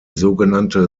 sogenannte